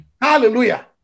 hallelujah